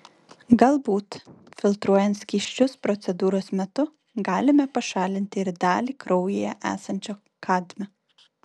galbūt filtruojant skysčius procedūros metu galime pašalinti ir dalį kraujyje esančio kadmio